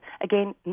again